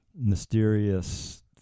mysterious